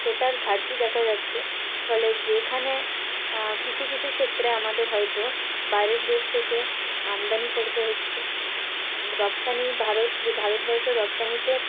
সেটার ঘাটতি দেখা যাচ্ছে ফলে যেখানে কিছু কিছু ক্ষেত্রে আমাদের হয়তো বাইরের দেশ থেকে আমদানি করতে হচ্ছে রপ্তানি ভারত যে ভারতবর্ষ রপ্তানিতে